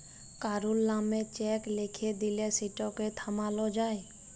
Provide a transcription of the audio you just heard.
কারুর লামে চ্যাক লিখে দিঁলে সেটকে থামালো যায়